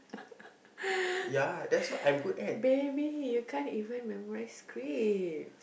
baby you can't even memorise script